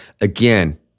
again